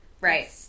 Right